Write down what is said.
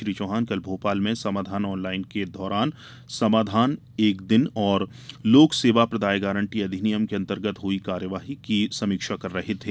श्री चौहान कल भोपाल में समाधान ऑनलाइन के दौरान समाधान एक दिन और लोक सेवा प्रदाय गारंटी अधिनियम के अंतर्गत हुई कार्यवाही की समीक्षा कर रहे थे